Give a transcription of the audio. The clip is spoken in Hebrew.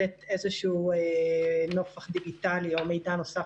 לתת איזשהו נופך דיגיטלי או מידע נוסף,